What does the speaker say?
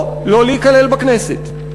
או לא להיכלל בכנסת.